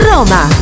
Roma